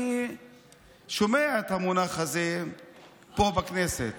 אני שומע את המונח הזה פה, בכנסת.